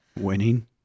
winning